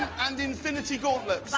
and infinity goblets.